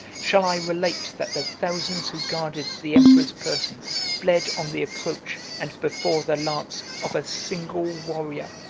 shall i relate that the thousands who guarded the emperor's person fled on the approach, and before the lance, of a single warrior?